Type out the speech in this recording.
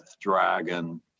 dragon